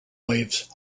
waves